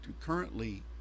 currently